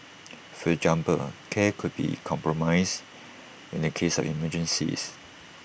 for care could be compromised in the case of emergencies